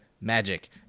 magic